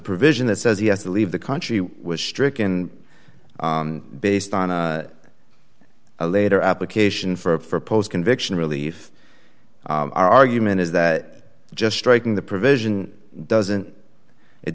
provision that says he has to leave the country was stricken based on a later application for post conviction relief argument is that just striking the provision doesn't it